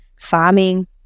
farming